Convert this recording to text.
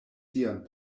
sian